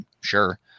sure